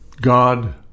God